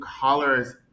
colors